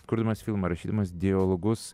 kurdamas filmą rašydamas dialogus